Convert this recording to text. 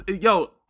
yo